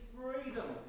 freedom